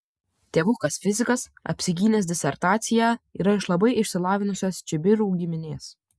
tėvukas fizikas apsigynęs disertaciją yra iš labai išsilavinusios čibirų giminės